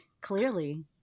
clearly